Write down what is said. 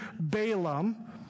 Balaam